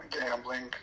gambling